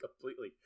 completely